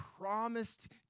promised